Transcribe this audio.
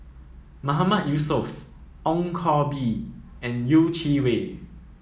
Mahmood Yusof Ong Koh Bee and Yeh Chi Wei